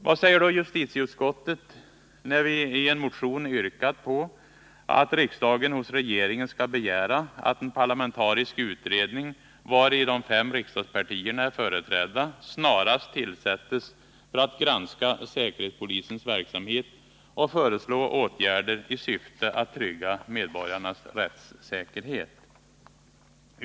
Vad säger då justitieutskottet när vi i en motion yrkat på att riksdagen hos regeringen skall begära att en parlamentarisk utredning, vari de fem riksdagspartierna är företrädda, snarast tillsättes för att granska säkerhetspolisens verksamhet och föreslå åtgärder i syfte att trygga medborgarnas rättssäkerhet?